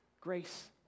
grace